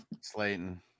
Slayton